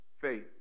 faith